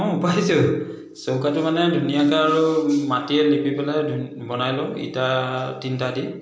অঁ পাইছোঁ চৌকাটো মানে ধুনীয়াকৈ আৰু মাটিৰে লিপি পেলাই বনাই লওঁ ইটা তিনিটা দি